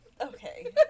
Okay